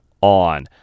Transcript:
on